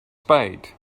spade